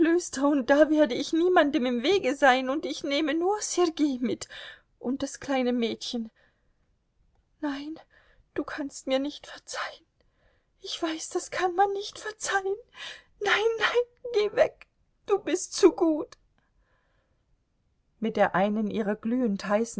da werde ich niemandem im wege sein und ich nehme nur sergei mit und das kleine mädchen nein du kannst mir nicht verzeihen ich weiß das kann man nicht verzeihen nein nein geh weg du bist zu gut mit der einen ihrer glühend heißen